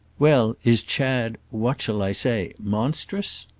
well, is chad what shall i say monstrous?